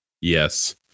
yes